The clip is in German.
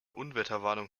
unwetterwarnung